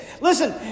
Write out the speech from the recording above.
Listen